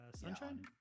Sunshine